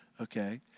Okay